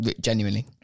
genuinely